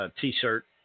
t-shirt